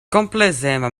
komplezema